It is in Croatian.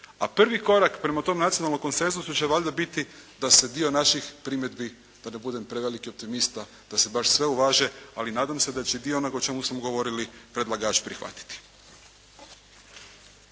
A prvi korak prema tom nacionalnom konsenzusu će valjda biti da se dio naših primjedbi da ne budem preveliki optimista, da se baš sve uvaže, ali nadam se da će i dio onoga o čemu smo govorili, predlagač prihvatiti.